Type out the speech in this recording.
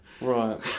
Right